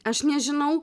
aš nežinau